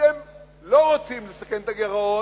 אתם לא רוצים לסכן את הגירעון,